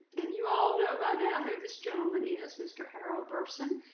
and you all know by now who this gentleman is, mr. harold burson,